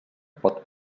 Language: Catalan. pot